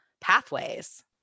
pathways